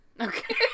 Okay